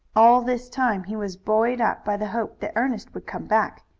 all this time he was buoyed up by the hope that ernest would come back.